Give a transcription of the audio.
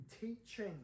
teaching